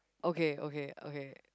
okay okay okay